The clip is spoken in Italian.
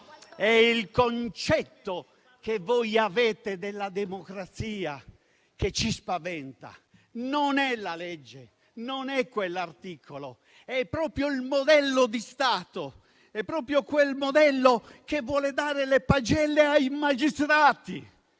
è il concetto che voi avete della democrazia che ci spaventa, non è la legge, non è quell'articolo; è proprio il modello di Stato, è proprio quel modello che vuole dare le pagelle ai magistrati,